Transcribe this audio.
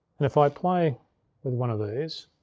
and if i play with one of these,